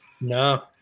No